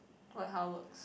what how works